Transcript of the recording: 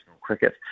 cricket